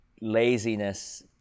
laziness